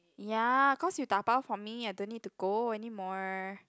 ya cause you dabao for me I don't need to go anymore